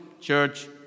church